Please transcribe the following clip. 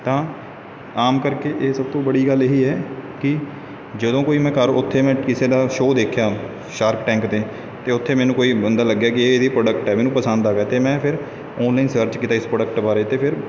ਤਾਂ ਆਮ ਕਰਕੇ ਇਹ ਸਭ ਤੋਂ ਬੜੀ ਗੱਲ ਇਹ ਹੀ ਹੈ ਕਿ ਜਦੋਂ ਕੋਈ ਮੈਂ ਕਾਰੋ ਉੱਥੇ ਮੈਂ ਕਿਸੇ ਦਾ ਸ਼ੋ ਦੇਖਿਆ ਸਾਰਕ ਟੈਂਕ 'ਤੇ ਅਤੇ ਉੱਥੇ ਮੈਨੂੰ ਕੋਈ ਬੰਦਾ ਲੱਗਿਆ ਕਿ ਇਹ ਇਹਦੀ ਪ੍ਰੋਡਕਟ ਹੈ ਮੈਨੂੰ ਪਸੰਦ ਆ ਗਿਆ ਅਤੇ ਮੈਂ ਫਿਰ ਔਨਲਾਈਨ ਸਰਚ ਕੀਤਾ ਇਸ ਪ੍ਰੋਡਕਟ ਬਾਰੇ ਅਤੇ ਫਿਰ